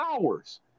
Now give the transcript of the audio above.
Hours